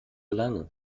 lange